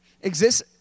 exists